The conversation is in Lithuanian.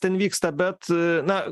ten vyksta bet na